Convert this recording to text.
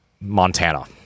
Montana